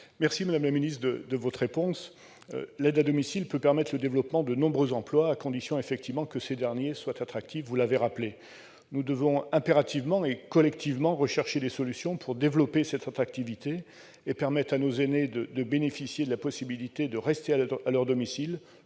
je vous remercie de cette réponse. L'aide à domicile peut permettre le développement de nombreux emplois, à condition, vous l'avez rappelé, que ces derniers soient attractifs. Nous devons impérativement et collectivement rechercher des solutions pour développer cette attractivité et permettre à nos aînés de bénéficier de la possibilité de rester à leur domicile